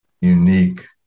unique